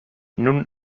nun